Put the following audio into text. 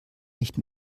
nicht